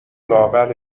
لااقل